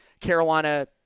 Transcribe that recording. Carolina